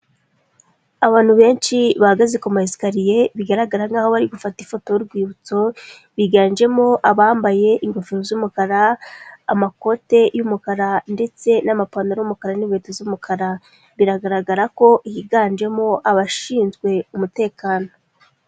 Abantu benshi bahagaze ku mayesikariye bigaragara nkaho bari gufata ifoto y'urwibutso, biganjemo abambaye ingofero z'umukara, amakote y'umukara ndetse n'amapantaro y'umukara n'inkweto z'umukara, biragaragara ko higanjemo abashinzwe umutekano.